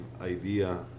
idea